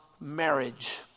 marriage